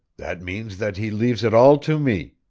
that means that he leaves it all to me,